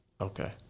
Okay